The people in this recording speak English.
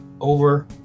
over